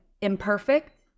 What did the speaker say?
imperfect